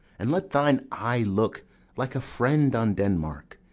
and let thine eye look like a friend on denmark.